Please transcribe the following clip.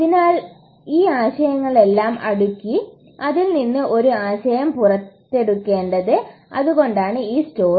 അതിനാലാണ് ഈ ആശയങ്ങളെല്ലാം അടുക്കി അതിൽ നിന്ന് ഒരു ആശയം പുറത്തെടുക്കേണ്ടത് അതുകൊണ്ടാണ് ഈ സ്റ്റോറി